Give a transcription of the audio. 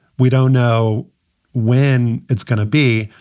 we don't know when it's going to be.